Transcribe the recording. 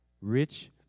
rich